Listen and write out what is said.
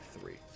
three